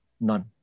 None